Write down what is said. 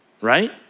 right